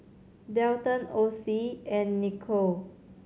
Dalton Ocie and Nichole